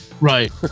Right